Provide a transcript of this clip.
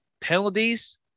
Penalties